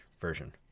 version